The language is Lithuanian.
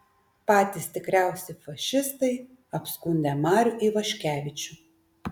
patys tikriausi fašistai apskundę marių ivaškevičių